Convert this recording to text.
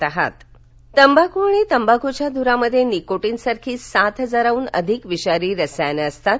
तंबाख विरोधी तंबाखू आणि तंबाखूच्या धुरामध्ये निकोटीन सारखी सात हजारहून अधिक विषारी रसायनं असतात